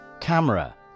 Camera